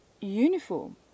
uniform